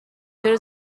چرا